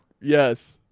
Yes